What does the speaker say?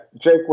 Jake